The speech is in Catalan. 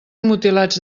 mutilats